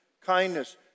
kindness